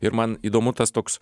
ir man įdomu tas toks